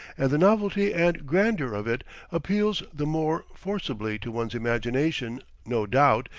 and the novelty and grandeur of it appeals the more forcibly to one's imagination, no doubt,